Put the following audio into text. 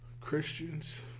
Christians